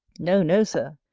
no, no, sir,